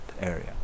area